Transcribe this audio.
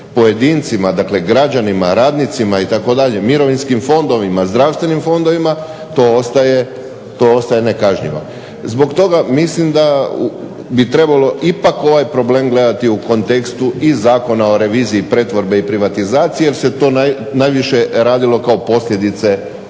pojedincima, dakle građanima, radnicima itd., mirovinskim fondovima, zdravstvenim fondovima to ostaje nekažnjivo. Zbog toga mislim da bi trebalo ipak ovaj problem gledati u kontekstu i Zakona o reviziji pretvorbe i privatizacije jer se to najviše radilo kao posljedica